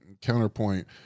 Counterpoint